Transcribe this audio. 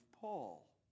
Paul